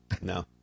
No